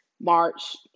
march